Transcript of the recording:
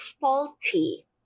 faulty